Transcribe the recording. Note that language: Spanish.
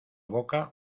boca